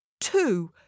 two